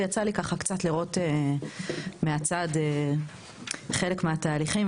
ויצא לי ככה קצת לראות מהצד חלק מהתהליכים.